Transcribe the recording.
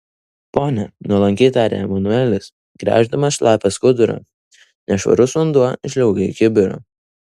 pone nuolankiai tarė manuelis gręždamas šlapią skudurą nešvarus vanduo žliaugė į kibirą